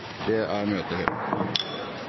ordet, er møtet hevet.